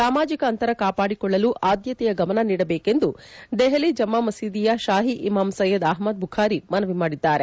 ಸಾಮಾಜಿಕ ಅಂತರ ಕಾಪಾಡಿಕೊಳ್ಳಲು ಆದ್ನತೆಯ ಗಮನ ನೀಡಬೇಕು ಎಂದು ದೆಹಲಿ ಜಮಾ ಮಸೀದಿಯ ತಾಹಿ ಇಮಾಮ್ ಸೈಯದ್ ಅಹಮ್ನದ್ ಬುಖಾರಿ ಮನವಿ ಮಾಡಿದ್ದಾರೆ